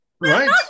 Right